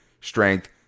strength